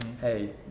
hey